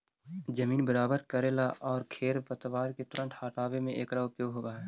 जमीन बराबर कऽरेला आउ खेर पतवार के तुरंत हँटावे में एकरा उपयोग होवऽ हई